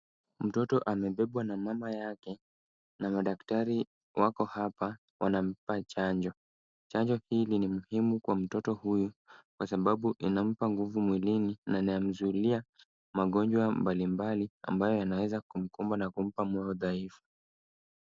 Mtoto amebebwa na mama yake na madaktari wako hapa, wanampa chanjo. Chanjo hili ni muhimu kwa mtoto huyu kwa sababu linampa nguvu mwilini na linamzuilia magonjwa mbalimbali ambayo yanaweza kumkumba na kumpa moyo dhaifu.